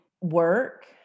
work